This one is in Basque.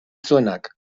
zuenak